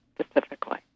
specifically